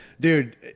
Dude